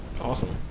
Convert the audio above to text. Awesome